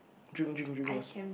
drink drink drink first